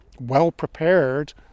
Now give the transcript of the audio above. well-prepared